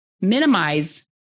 minimize